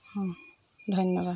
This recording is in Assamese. অঁ ধন্যবাদ